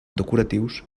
decoratius